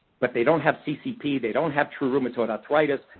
but they don't have ccp, they don't have true rheumatoid arthritis,